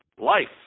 life